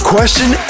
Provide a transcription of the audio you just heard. Question